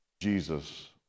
Jesus